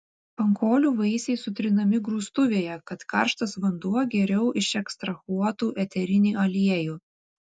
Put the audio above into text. pankolių vaisiai sutrinami grūstuvėje kad karštas vanduo geriau išekstrahuotų eterinį aliejų